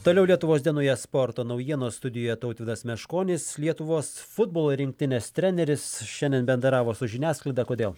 toliau lietuvos dienoje sporto naujienos studijoj tautvydas meškonis lietuvos futbolo rinktinės treneris šiandien bendravo su žiniasklaida kodėl